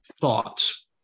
thoughts